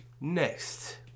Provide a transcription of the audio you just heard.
next